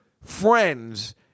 friends